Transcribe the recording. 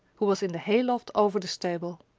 who was in the hay-loft over the stable.